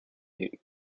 eight